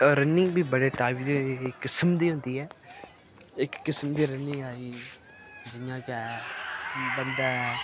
running बी बड़े type दी किसम दी होंदी ऐ इक किस्म दी रनिंग आई जियां के बन्दै